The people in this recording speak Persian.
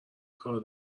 کار